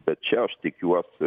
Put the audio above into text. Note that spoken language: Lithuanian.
bet čia aš tikiuosi